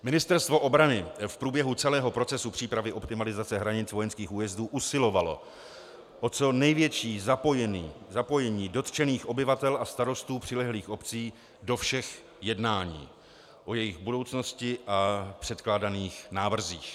Ministerstvo obrany v průběhu celého procesu přípravy optimalizace hranic vojenských újezdů usilovalo o co největší zapojení dotčených obyvatel a starostů přilehlých obcí do všech jednání o jejich budoucnosti a předkládaných návrzích.